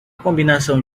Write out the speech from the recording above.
combinação